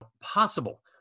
possible